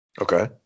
Okay